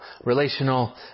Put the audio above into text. relational